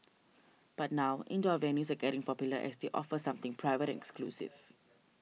but now indoor avenues are getting popular as they offer something private and exclusive